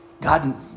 God